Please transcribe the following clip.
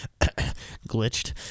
glitched